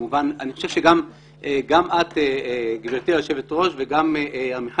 אני חושב שגם את גברתי היושבת ראש וגם עמיחי